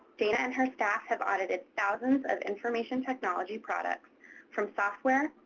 dana and her staff have audited thousands of information technology products from software,